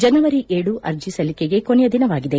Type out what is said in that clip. ಜನವರಿ ಏಳು ಅರ್ಜಿ ಸಲ್ಲಿಕೆಗೆ ಕೊನೆಯ ದಿನವಾಗಿದೆ